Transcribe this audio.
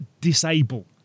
disable